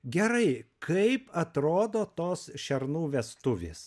gerai kaip atrodo tos šernų vestuvės